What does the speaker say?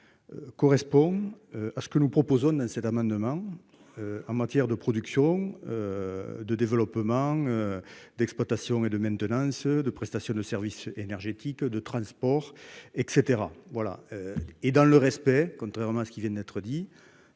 Correspond à ce que nous proposons dans cet amendement. En matière de production. De développement. D'exploitation et de maintenance de prestation de services énergétiques de transport et cetera voilà. Et dans le respect, contrairement à ce qui vient d'être dit